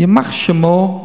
"יימח שמו"